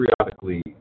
periodically